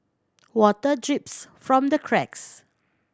water drips from the cracks